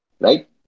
right